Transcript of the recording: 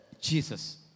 Jesus